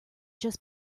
just